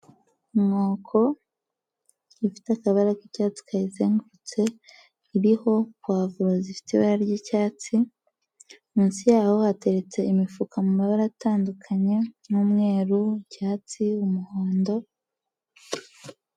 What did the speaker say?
Inkoko ifite akabara k'icyatsi kayizengurutse, iriho pavuro zifite ibara ry'icyatsi, munsi yaho hateretse imifuka mu mabara atandukanye nk'umweru, icyatsi, umuhondo.